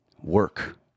work